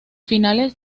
finales